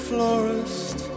Florist